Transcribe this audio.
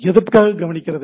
எதற்காக கவனிக்கிறது